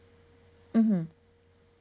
mm hmm